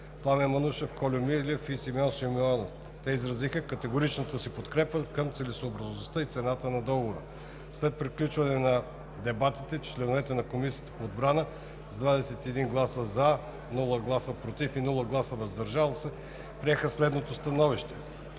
Пламен Манушев, Кольо Милев и Симеон Симеонов. Те изразиха категоричната си подкрепа към целесъобразността и цената на Договора. След приключване на дебатите, членовете на Комисията по отбрана с 21 гласа „за“, без „против“ и „въздържал се“ приеха следното становище: